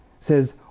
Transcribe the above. says